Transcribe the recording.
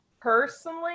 Personally